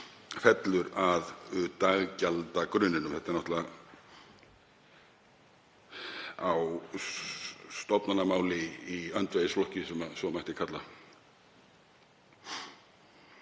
fellur að daggjaldagrunninum.“ Þetta er náttúrlega á stofnanamáli í öndvegisflokki, sem svo mætti kalla.